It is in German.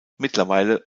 mittlerweile